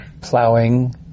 plowing